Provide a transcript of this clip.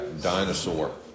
dinosaur